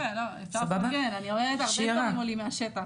הרבה דברים עולים מהשטח.